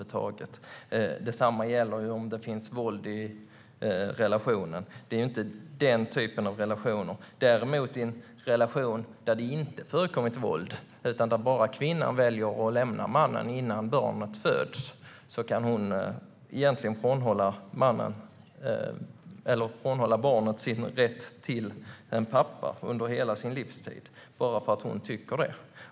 Detsamma gäller om det finns våld i relationen. Men i en relation där det inte förekommer våld och kvinnan väljer att lämna mannen innan barnet föds kan kvinnan under hela sin livstid frånhålla barnet rätten till sin pappa bara för att hon vill det.